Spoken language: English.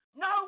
no